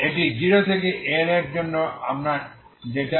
এটি 0 থেকে L এর জন্য আপনার ডেটা